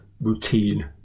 routine